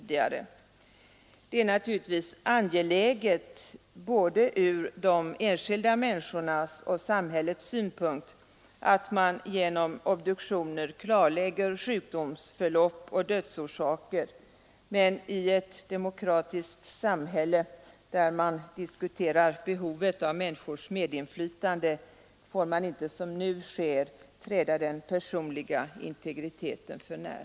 Det är naturligtvis angeläget ur både de enskilda människornas och samhällets synpunkt att man genom obduktioner klarlägger sjukdomsoch dödsorsaker, men i ett demokratiskt samhälle där man diskuterar behovet av människors medinflytande får man inte som nu sker träda den personliga integriteten för när.